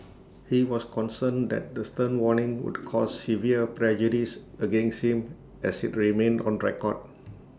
he was concerned that the stern warning would cause severe prejudice against him as IT remained on record